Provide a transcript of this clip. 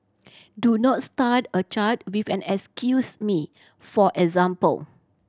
do not start a chat with an excuse me for example